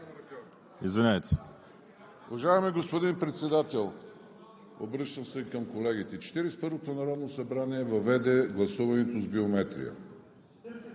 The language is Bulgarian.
Извинявайте.